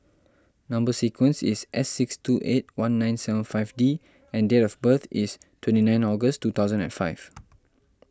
Number Sequence is S six two eight one nine seven five D and date of birth is twenty nine August two thousand and five